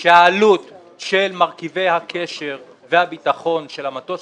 שהעלות של מרכיבי הקשר והביטחון של המטוס